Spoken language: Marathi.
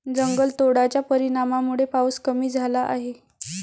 जंगलतोडाच्या परिणामामुळे पाऊस कमी झाला आहे